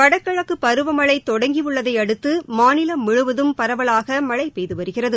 வடகிழக்கு பருவமழை தொடங்கியுள்ளதையடுத்து மாநிலம் முழுவதும் பரவலாக மழை பெய்து வருகிறது